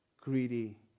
greedy